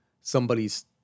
somebody's